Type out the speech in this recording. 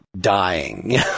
dying